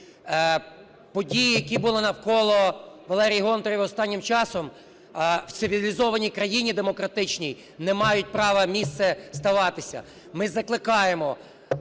Події, які були навколо Валерії Гонтаревої останнім часом, в цивілізованій країні демократичній не мають права місце ставатися. Ми закликаємо